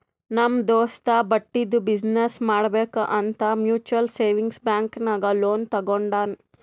ನಮ್ ದೋಸ್ತ ಬಟ್ಟಿದು ಬಿಸಿನ್ನೆಸ್ ಮಾಡ್ಬೇಕ್ ಅಂತ್ ಮ್ಯುಚುವಲ್ ಸೇವಿಂಗ್ಸ್ ಬ್ಯಾಂಕ್ ನಾಗ್ ಲೋನ್ ತಗೊಂಡಾನ್